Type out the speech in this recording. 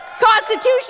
Constitution